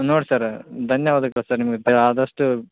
ನೋಡಿ ಸರ್ ಧನ್ಯವಾದಗಳು ಸರ್ ನಿಮಗೆ ಆದಷ್ಟು